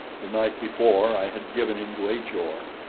the night before, i had given him to ajor,